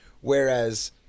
whereas